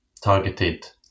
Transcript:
targeted